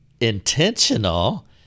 intentional